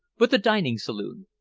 but the dining saloon.